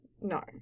No